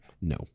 No